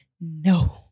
No